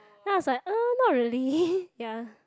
then I was like uh not really ya